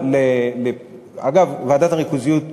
אגב, ועדת הריכוזיות,